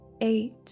eight